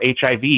HIV